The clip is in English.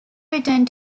returned